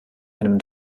einem